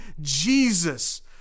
Jesus